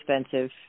expensive